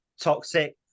Toxic